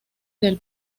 del